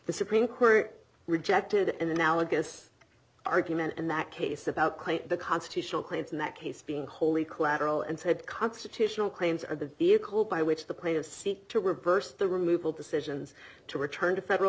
the supreme court rejected an analogous argument in that case about the constitutional claims in that case being wholly collateral and said constitutional claims are the vehicle by which the playing of seek to reverse the removal decisions to return to federal